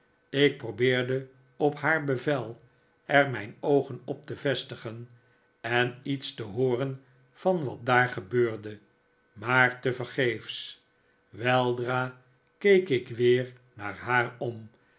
ik probeerde op haar bevel er mijn oogen op te vestigen en iets te hooren van wat daar gebeurde maar tevergeefs weldra keek ik weer naar haar om